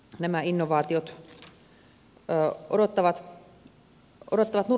nämä innovaatiot odottavat nurkan takana